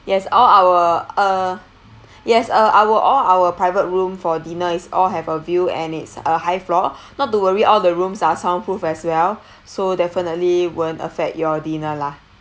yes all our uh yes uh our all our private room for dinner is all have a view and it's a high floor not to worry all the rooms are sound proof as well so definitely won't affect your dinner lah